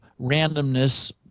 randomness